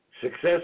success